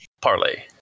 Parlay